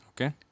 Okay